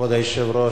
כבוד היושב-ראש,